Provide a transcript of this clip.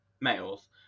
males